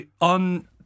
on